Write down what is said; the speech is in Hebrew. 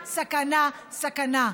סכנה, סכנה, סכנה.